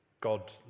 God